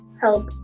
help